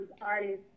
artists